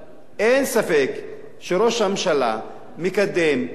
שראש הממשלה מקדם אג'נדה בצורה סדורה.